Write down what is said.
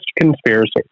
conspiracy